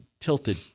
tilted